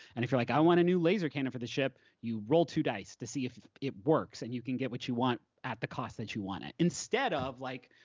and if you're like, i want a new laser cannon for the ship, you roll two dice to see if it works, and you can get what you want at the cost that you want it. instead of like,